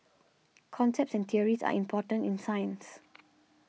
concepts and theories are important in science